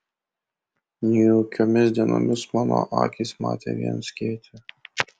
niūkiomis dienomis mano akys matė vien skėtį